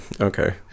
Okay